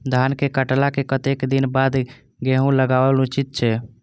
धान के काटला के कतेक दिन बाद गैहूं लागाओल उचित छे?